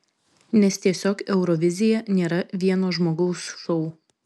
nes tiesiog eurovizija nėra vieno žmogaus šou